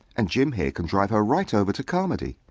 and jim here can drive her right over to carmody.